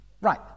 Right